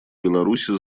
беларуси